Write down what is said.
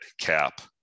cap